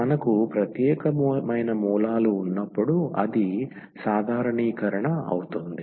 మనకు ప్రత్యేకమైన మూలాలు ఉన్నప్పుడు అది సాధారణీకరణ అవుతుంది